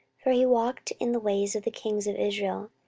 for he walked in the ways of the kings of israel,